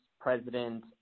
president